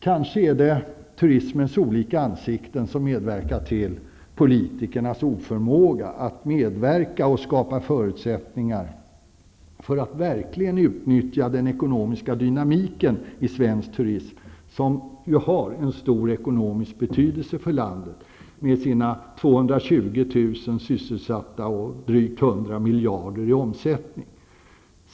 Kanske är det turismens olika ''ansikten'' som medverkat till politikernas oförmåga att medverka och skapa förutsättningar för att verkligen utnyttja den ekonomiska dynamiken i svensk turism, som har en stor ekonomisk betydelse för landet med dess 220 000 sysselsatta och dryga 100 miljarder i omsättning.